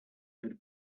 had